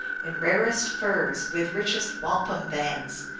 in rarest furs, with richest wampum bands,